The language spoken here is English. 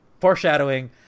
Foreshadowing